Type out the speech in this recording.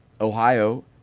Ohio